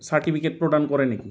certificate প্ৰদান কৰে নেকি